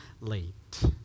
late